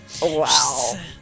wow